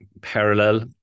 parallel